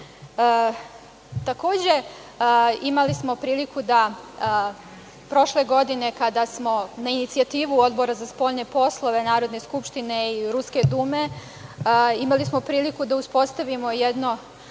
zemlje. Takođe, imali smo priliku da prošle godine kada smo na inicijativu Odbora za spoljne poslove Narodne skupštine i Ruske Dume, imali smo priliku da uspostavimo jedno